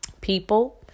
people